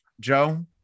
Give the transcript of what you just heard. Joe